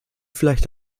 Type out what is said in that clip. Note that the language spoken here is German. vielleicht